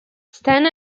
stan